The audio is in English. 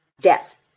death